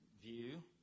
view